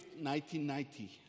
1990